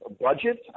budget